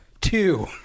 two